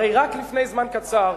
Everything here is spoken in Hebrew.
הרי רק לפני זמן קצר,